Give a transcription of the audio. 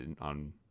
on